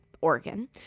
Oregon